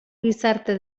gizarte